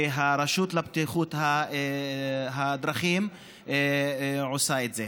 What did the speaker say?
והרשות לבטיחות בדרכים עושה את זה.